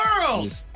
world